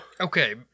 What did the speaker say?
Okay